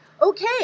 Okay